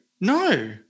no